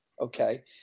okay